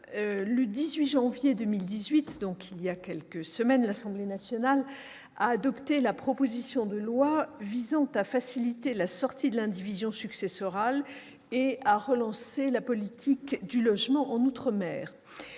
le 18 janvier 2018 -, l'Assemblée nationale a adopté la proposition de loi visant à faciliter la sortie de l'indivision successorale et à relancer la politique du logement en outre-mer.